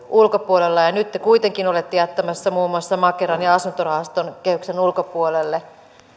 ulkopuolella nyt te kuitenkin olette jättämässä muun muassa makeran ja asuntorahaston kehyksen ulkopuolelle